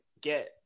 get